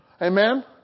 Amen